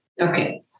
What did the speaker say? Okay